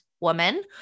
woman